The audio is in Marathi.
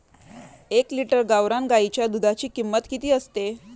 एक लिटर गावरान गाईच्या दुधाची किंमत किती असते?